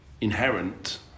inherent